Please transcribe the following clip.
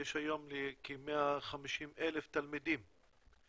יש היום כ-150,000 תלמידים